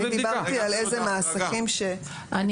אני דיברתי על איזה מעסיקים --- זה בבדיקה.